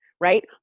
right